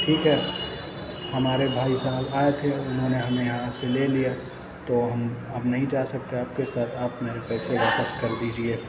ٹھیک ہے ہمارے بھائی صاحب آئے تھے اُنہوں نے ہمیں یہاں سے لے لیا تو ہم اب نہیں جا سکتے آپ کے ساتھ آپ میرے پیسے واپس کر دیجیے